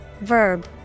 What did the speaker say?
Verb